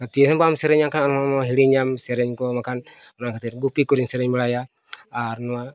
ᱱᱟᱥᱮ ᱦᱚᱸ ᱵᱟᱢ ᱥᱮᱨᱮᱧᱟᱠᱟᱜ ᱠᱷᱟᱱ ᱟᱢ ᱦᱚᱸ ᱱᱚᱣᱟᱢ ᱦᱤᱲᱤᱧᱟᱢ ᱥᱮᱨᱮᱧ ᱠᱚ ᱵᱟᱝᱠᱷᱟᱱ ᱚᱱᱟ ᱠᱷᱟᱹᱛᱤᱨ ᱜᱩᱯᱤ ᱠᱚᱨᱮᱧ ᱥᱮᱨᱮᱧ ᱵᱟᱲᱟᱭᱟ ᱟᱨ ᱱᱚᱣᱟ